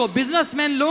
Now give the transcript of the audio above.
businessmen